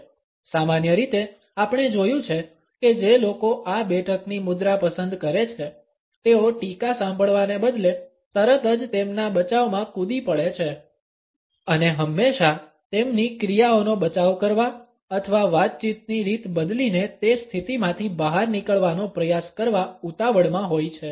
સામાન્ય રીતે આપણે જોયું છે કે જે લોકો આ બેઠકની મુદ્રા પસંદ કરે છે તેઓ ટીકા સાંભળવાને બદલે તરત જ તેમના બચાવમાં કૂદી પડે છે અને હંમેશા તેમની ક્રિયાઓનો બચાવ કરવા અથવા વાતચીતની રીત બદલીને તે સ્થિતિમાંથી બહાર નીકળવાનો પ્રયાસ કરવા ઉતાવળમાં હોય છે